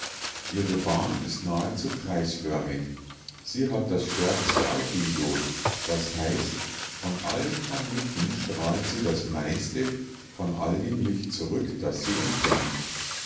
ihre bahn ist nahezu kreisförmig sie hat das stärkste albedo das heißt von allen planeten strahlt sie das meiste von all dem licht zurück das sie empfängt